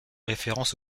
référence